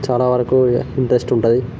చాలా వరకూ ఇంట్రెస్ట్ ఉంటాయి